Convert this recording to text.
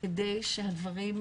כדי שהדברים,